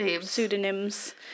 pseudonyms